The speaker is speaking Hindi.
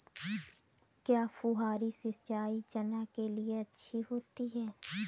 क्या फुहारी सिंचाई चना के लिए अच्छी होती है?